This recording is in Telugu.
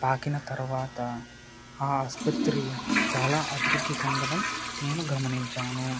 పాకిన తర్వాత ఆ ఆసుపత్రి చాలా అభివృద్ధి చెందడం నేను గమనించాను